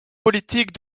politiques